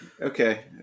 okay